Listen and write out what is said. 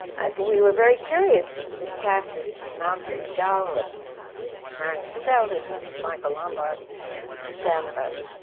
we were very curious. the cast is malcolm mcdowell and marion seldes and michael lombard and sam.